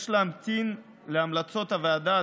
יש להמתין להמלצות הוועדה,